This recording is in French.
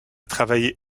travaillé